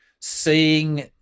seeing